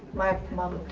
my mum